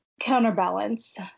Counterbalance